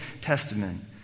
Testament